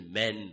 men